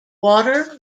water